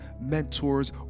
mentors